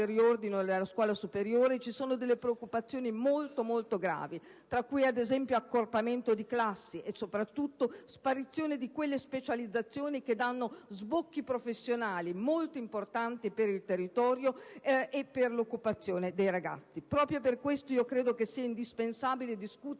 riordino della scuola superiore, ci sono preoccupazioni molto, molto gravi, tra cui ad esempio l'accorpamento di classi e, soprattutto, le sparizioni di quelle specializzazioni che danno sbocchi professionali molto importanti per il territorio e per l'occupazione dei ragazzi. Proprio per questo credo che sia indispensabile discutere